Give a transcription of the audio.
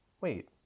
Wait